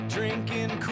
Drinking